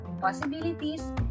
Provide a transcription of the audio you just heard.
possibilities